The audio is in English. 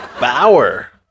Bauer